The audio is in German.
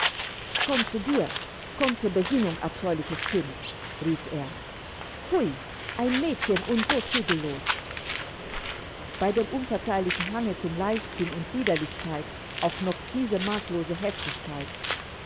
komm zu dir komm zur besinnung abscheuliches kind rief er pfui ein mädchen und so zügellos bei dem unverzeihlichen hange zu leichtsinn und liederlichkeit auch noch diese maßlose heftigkeit